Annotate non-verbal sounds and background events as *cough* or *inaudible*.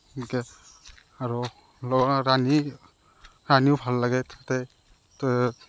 সেনকে আৰু *unintelligible* ৰান্ধি ৰান্ধিও ভাল লাগে তাতে ত'